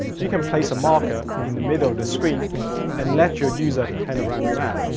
you can place a marker in the middle of the screen and let your user pan around the map.